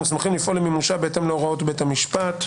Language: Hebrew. והם מוסמכים לפעול למימושה בהתאם להוראות בית המשפט".